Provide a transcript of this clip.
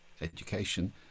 education